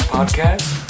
Podcast